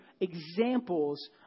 examples